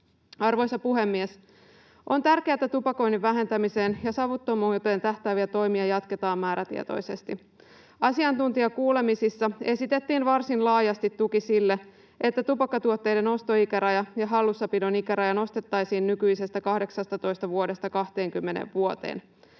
Arvoisa puhemies! On tärkeää, että tupakoinnin vähentämiseen ja savuttomuuteen tähtääviä toimia jatketaan määrätietoisesti. Asiantuntijakuulemisissa esitettiin varsin laajasti tuki sille, että tupakkatuotteiden ostoikäraja ja hallussapidon ikäraja nostettaisiin nykyisestä 18 vuodesta 20 vuoteen.